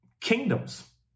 Kingdoms